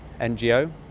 NGO